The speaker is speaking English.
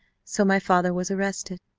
so, my father was arrested!